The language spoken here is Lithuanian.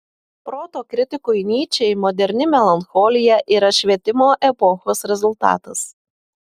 proto kritikui nyčei moderni melancholija yra švietimo epochos rezultatas